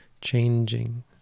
changing